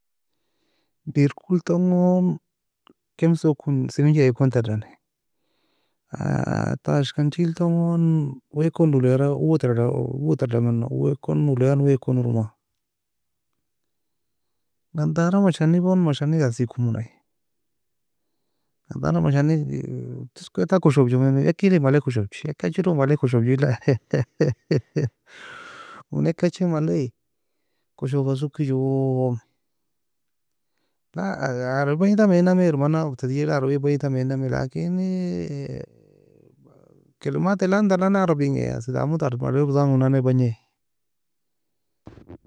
Dir ko elton gon kemso kor سفنجة ekon tedan. Tashka enchi elton gon waekon nolo ra owo tereda, owo tery ya mena waekon noloa waekon orma. نظارة masha nie gon masha ne asi komon aiye. نظارة mashane toskoe entan koshobje. Ekie le malae koshojg ekachiro malae koshobj owne ekachie malae koshoba sokej wooo. عربي bagni entan fa elnami er mana تسجيل la عربي bangi eltan fa eli namie لكن كلمات لازم tan nan nae عربي enigiae damo ter malay rotan go own an nae bagnae